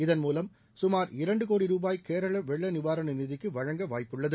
இதன் மூலம் சுமார் இரண்டு கோடி ரூபாய் கேரள வெள்ள நிவாரண நிதிக்கு வழங்க வாய்ப்புள்ளது